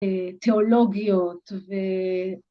אה... תיאולוגיות ו...